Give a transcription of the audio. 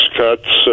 cuts